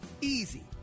easy